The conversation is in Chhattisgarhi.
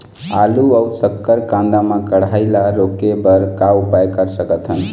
आलू अऊ शक्कर कांदा मा कढ़ाई ला रोके बर का उपाय कर सकथन?